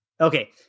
Okay